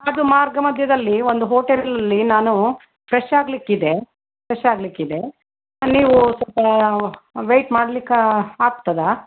ಅದು ಮಾರ್ಗ ಮಧ್ಯದಲ್ಲಿ ಒಂದು ಹೋಟೆಲಲ್ಲಿ ನಾನು ಫ್ರೆಶ್ ಆಗಲಿಕ್ಕಿದೆ ಫ್ರೆಶ್ ಆಗಲಿಕ್ಕಿದೆ ನೀವು ಸ್ವಲ್ಪ ವೈಟ್ ಮಾಡ್ಲಿಕ್ಕೆ ಆಗ್ತದಾ